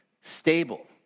stable